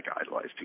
idolize